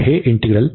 तर हे इंटीग्रल